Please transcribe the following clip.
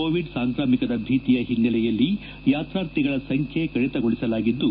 Covid ಸಾಂಕ್ರಾಮಿಕದ ಭೀತಿಯ ಹಿನ್ನೆಲೆಯಲ್ಲಿ ಯಾತಾರ್ಥಿಗಳ ಸಂಖ್ಯೆ ಕಡಿತಗೊಳಿಸಲಾಗಿದ್ದು